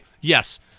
Yes